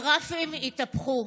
הגרפים התהפכו: